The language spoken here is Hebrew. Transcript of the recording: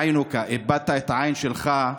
(אומר בערבית ומתרגם:) איבדת את העין שלך,